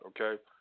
okay